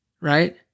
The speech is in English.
right